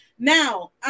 Now